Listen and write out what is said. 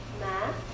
math